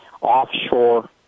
offshore